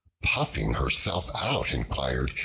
puffing herself out, inquired,